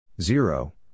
zero